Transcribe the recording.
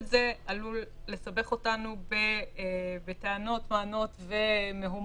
שאיפשרנו פטור ממלוניות.